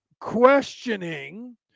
questioning